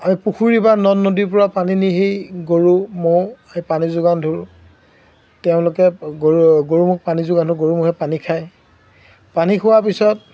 আমি পুখুৰী বা নদ নদীৰ পৰা পানী নিহি গৰু মৌ সেই পানী যোগান ধৰোঁ তেওঁলোকে গৰু গৰুমুখ পানী যোগান ধৰোঁ গৰু ম'হে পানী খায় পানী খোৱাৰ পিছত